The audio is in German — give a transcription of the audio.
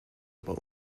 aber